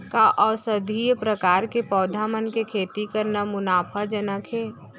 का औषधीय प्रकार के पौधा मन के खेती करना मुनाफाजनक हे?